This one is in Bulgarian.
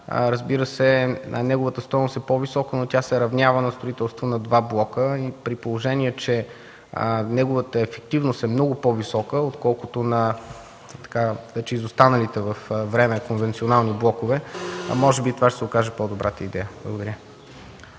Разбира се, неговата стойност е по-висока, но тя се равнява на строителство на два блока. При положение че неговата ефективност е много по-висока отколкото на вече изостаналите във времето конвенционални блокове може би това ще се окаже по-добрата идея. Благодаря.